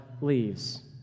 leaves